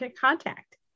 contact